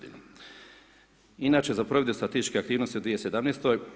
Inače za provedbu statističke aktivnosti u 2017.